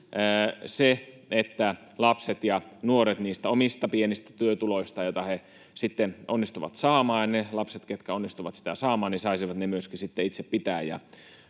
että lapset ja nuoret ne omat, pienet työtulonsa, joita he onnistuvat saamaan — ne lapset, ketkä onnistuvat saamaan — saisivat myöskin sitten itse